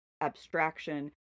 abstraction